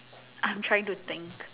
I'm trying to think